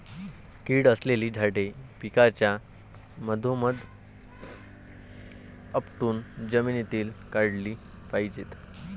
कीड असलेली झाडे पिकाच्या मधोमध उपटून जमिनीत गाडली पाहिजेत